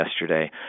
yesterday